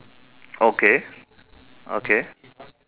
okay okay